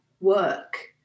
work